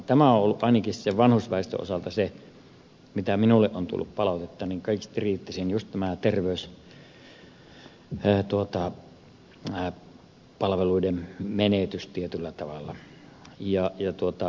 tämä on ollut ainakin sen vanhusväestön osalta mitä minulle on tullut palautetta kaikista kriittisin juuri tämä terveyspalveluiden menetys tietyllä tavalla ja tähän meidän täytyy vastata